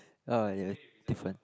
uh different